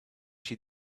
she